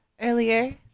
earlier